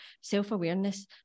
self-awareness